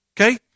Okay